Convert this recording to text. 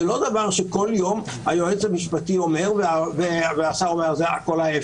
זה לא דבר שכל יום היועץ המשפטי אומר והשר אומר ההפך.